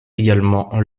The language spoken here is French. également